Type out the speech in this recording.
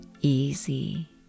easy